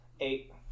Eight